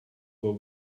were